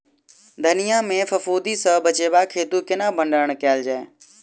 धनिया केँ फफूंदी सऽ बचेबाक हेतु केना भण्डारण कैल जाए?